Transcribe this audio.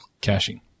caching